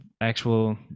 actual